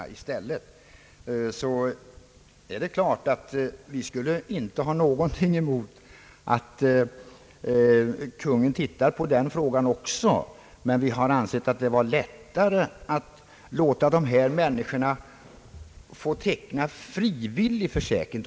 Vi har inte någonting emot att Kungl. Maj:t behandlar även denna fråga. Vi har dock ansett att det var lättare att låta dessa människor få teckna frivillig försäkring.